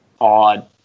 odd